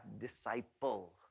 disciple